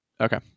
Okay